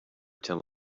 tell